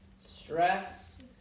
stress